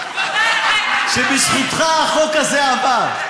שבזכותך החוק הזה עבר.